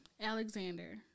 Alexander